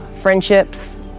friendships